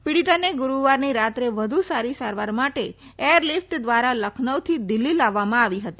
પીડીતાને ગુરૂવારની રાત્રે વધુ સારી સારવાર માટે એરલિફટ ધ્વારા લખનઉથી દિલ્ફી લાવવામાં આવી હતી